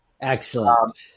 Excellent